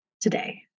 today